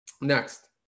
Next